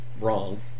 wrong